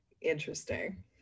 Interesting